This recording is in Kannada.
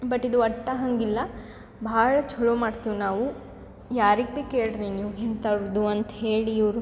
ಬಟ್ ಇದು ಒಟ್ಟು ಹಾಗಿಲ್ಲ ಭಾಳ ಛಲೋ ಮಾಡ್ತೀವಿ ನಾವು ಯಾರಿಗೆ ಭಿ ಕೇಳಿರಿ ನೀವು ಇಂಥವ್ರ್ದು ಅಂತ ಹೇಳಿ ಇವರು